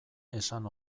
esan